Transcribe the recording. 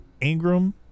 Ingram